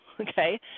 okay